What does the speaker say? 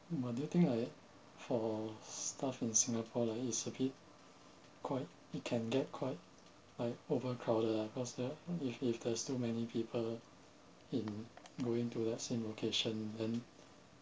but do you think like for stuff in singapore lah it's a bit quite it can get quite like overcrowded ah because the if if there's too many people in going to the same location then